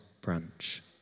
branch